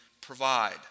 provide